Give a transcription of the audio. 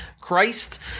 Christ